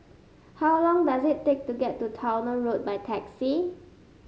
how long does it take to get to Towner Road by taxi